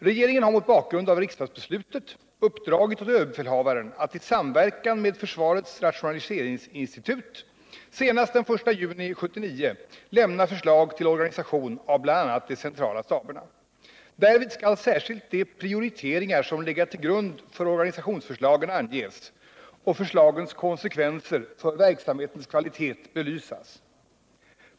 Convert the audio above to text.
Regeringen har mot bakgrund av riksdagsbeslutet uppdragit åt överbe fälhavaren att i samverkan med försvarets rationaliseringsinstitut senast den I juni 1979 lämna förslag till organisation av bl.a. de centrala staberna. Därvid skall särskilt de prioriteringar som legat till grund för organisationsförslagen anges och förslagens konsekvenser för verksamhetens kvalitet belysas.